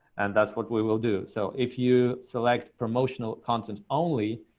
and that's what we will do. so, if you select promotional content only,